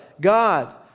God